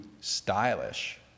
stylish